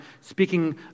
speaking